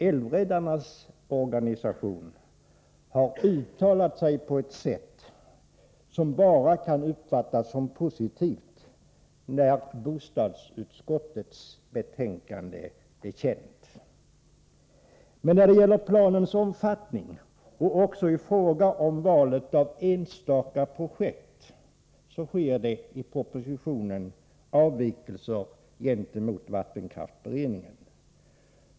Älvräddarnas organisation uttalade sig på ett sätt som bara kan uppfattas som positivt när bostadsutskottets betänkande blev känt. När det gäller planens omfattning och i fråga om valet av enstaka projekt görs det i propositionen avvikelser gentemot vattenkraftsberedningen.